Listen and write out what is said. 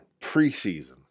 preseason